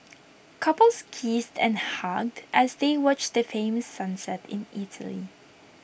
couples kissed and hugged as they watch the famous sunset in Italy